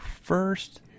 first